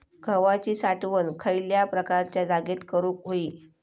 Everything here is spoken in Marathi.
गव्हाची साठवण खयल्या प्रकारच्या जागेत करू होई?